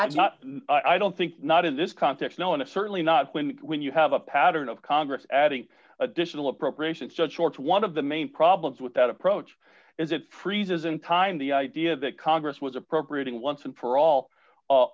that not i don't think not in this context now in a certainly not when when you have a pattern of congress adding additional appropriations so george one of the main problems with that approach is it freezes in time the idea that congress was appropriating once and for all a